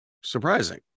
surprising